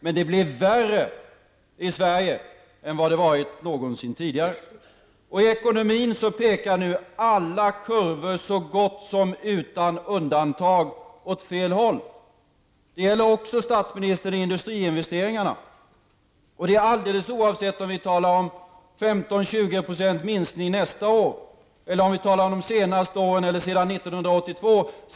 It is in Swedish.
Men det blir värre i Sverige än vad det någonsin har varit tidigare. I ekonomin pekar nu alla kurvor så gott som utan undantag åt fel håll. Det gäller, statsministern, också industriinvesteringarna. Det gäller alldeles oavsett om vi talar om 15--20 % minskning nästa år eller om vi talar om de senaste åren eller åren efter 1982.